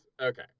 Okay